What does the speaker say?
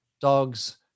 dogs